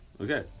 Okay